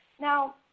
Now